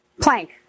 plank